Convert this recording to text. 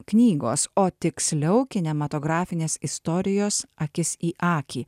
knygos o tiksliau kinematografinės istorijos akis į akį